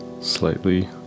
slightly